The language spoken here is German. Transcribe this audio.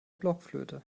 blockflöte